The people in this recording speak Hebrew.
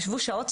ישבו שעות,